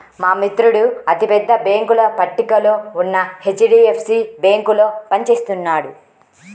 మా మిత్రుడు అతి పెద్ద బ్యేంకుల పట్టికలో ఉన్న హెచ్.డీ.ఎఫ్.సీ బ్యేంకులో పని చేస్తున్నాడు